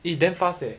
it's damn fast leh